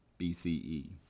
BCE